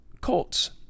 Colts